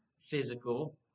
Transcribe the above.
physical